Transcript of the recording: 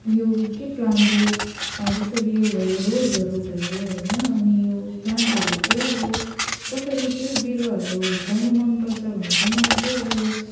यो के प्लान्ट यो जस्तो कि यो भयो रोजहरू भयो होइन अनि यो प्लान्टहरू चाहिँ अब कसरी चाहिँ बिरुवाहरू हुर्काउनु मनपर्छ भने चाहिँ मलाई चाहिँ अब यो